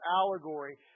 allegory